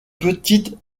petite